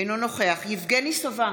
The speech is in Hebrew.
אינו נוכח יבגני סובה,